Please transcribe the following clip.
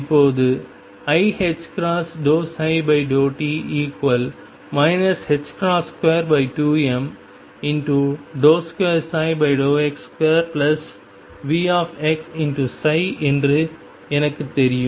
இப்போது iℏ∂ψ∂t 22m2x2Vxஎன்று எனக்குத் தெரியும்